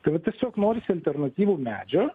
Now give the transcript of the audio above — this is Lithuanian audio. tai va tiesiog norisi alternatyvų medžio